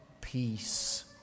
peace